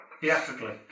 theatrically